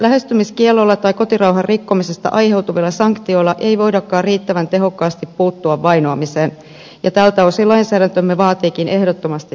lähestymiskiellolla tai kotirauhan rikkomisesta aiheutuvilla sanktioilla ei voidakaan riittävän tehokkaasti puuttua vainoamiseen ja tältä osin lainsäädäntömme vaatiikin ehdottomasti täydennystä